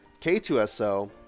K2SO